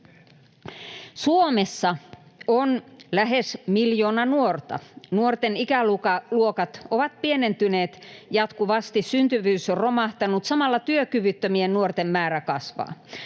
Suomessa on lähes miljoona nuorta. Nuorten ikäluokat ovat pienentyneet jatkuvasti, syntyvyys on romahtanut, samalla työkyvyttömien nuorten määrä kasvaa.